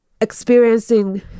experiencing